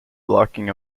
blocking